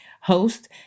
host